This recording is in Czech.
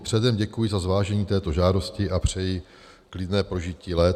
Předem děkuji za zvážení této žádosti a přeji klidné prožití léta.